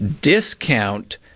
discount